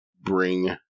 bring